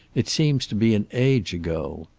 it seems to be an age ago!